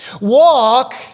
Walk